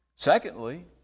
Secondly